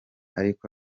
ariko